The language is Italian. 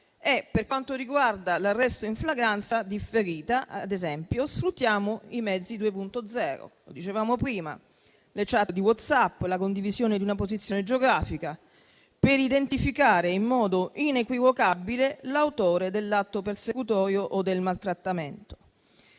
Per quanto riguarda l'arresto in flagranza differita, ad esempio, sfruttiamo i mezzi 2.0 (le *chat* di WhatsApp, la condivisione di una posizione geografica) per identificare in modo inequivocabile l'autore dell'atto persecutorio o del maltrattamento.